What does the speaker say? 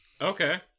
Okay